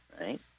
right